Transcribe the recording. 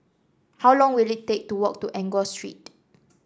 how long will it take to walk to Enggor Street